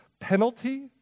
penalty